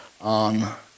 on